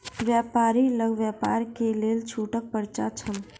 व्यापारी लग व्यापार के लेल छूटक पर्चा छल